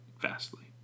vastly